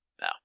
No